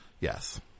yes